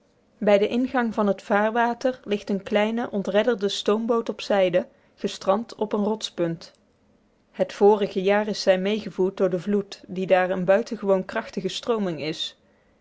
bij den ingang van het vaarwater ligt een kleine ontredderde stoomboot op zijde gestrand op een rotspunt het vorige jaar is zij meegevoerd door den vloed die daar een buitengewoon krachtige strooming is